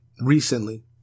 recently